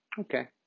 Okay